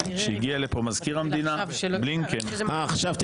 כשהגיע לפה מזכיר המדינה בלינקן -- אה חשבתי